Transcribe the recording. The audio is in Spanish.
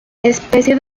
especie